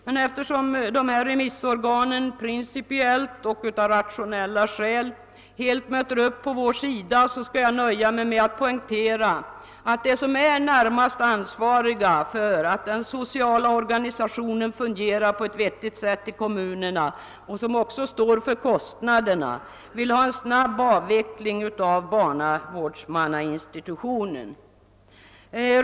Men eftersom dessa remissorgan principiellt och av rationella skäl möter upp på vår sida skall jag nöja mig med att poängtera, att de som är närmast ansvariga för att den sociala organisationen fungerar på ett vettigt sätt i kommunerna och som också står för kostnaderna, vill ha en snabb avveckling av barnavårdsmannainstitutionen.